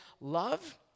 Love